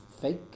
fake